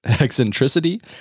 eccentricity